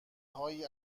های